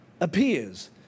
appears